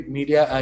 Media